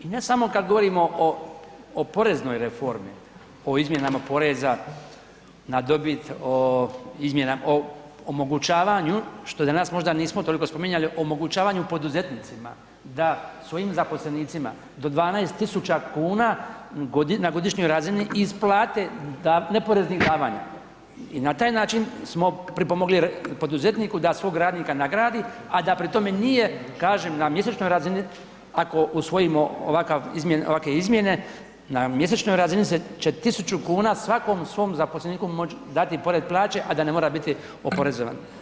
I ne samo kad govorimo o poreznoj reformi, o izmjenama poreza na dobit o izmjena, omogućavanju, što danas možda nismo toliko spominjali, omogućavanju poduzetnicima da svojim zaposlenicima do 12 tisuća kuna na godišnjoj razini isplate da, neporeznih davanja i na taj način smo pripomogli poduzetniku da svog radnika nagradi, a da pri tome nije, kažem, na mjesečnoj razini, ako usvojimo ovakve izmjene, na mjesečnoj razini će 1000 kuna svakom svom zaposleniku moći dati pored plaće, a da ne mora biti oporezovan.